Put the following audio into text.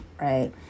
right